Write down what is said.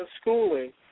schooling